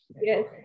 yes